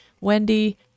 Wendy